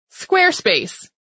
Squarespace